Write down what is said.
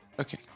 Okay